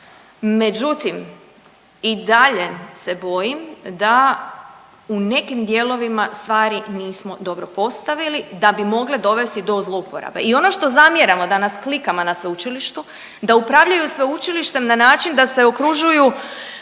međutim, i dalje se bojim da u nekim dijelovima stvari nismo dobro postavili da bi mogle dovesti do zlouporabe i ono što zamjeramo danas klikama na sveučilištu da upravljaju sveučilištem na način da se okružuju